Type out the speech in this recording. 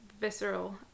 visceral